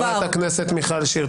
תודה רבה, חברת הכנסת מיכל שיר.